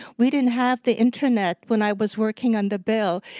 we didn't have the internet when i was working on the bill,